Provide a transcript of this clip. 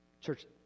Church